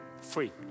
free